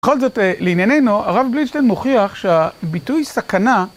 בכל זאת לעניינינו הרב בלידשטיין מוכיח שהביטוי סכנה